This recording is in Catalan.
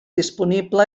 disponible